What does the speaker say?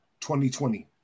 2020